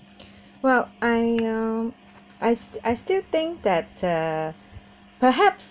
well I I I still think that uh perhaps